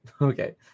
Okay